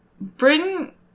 Britain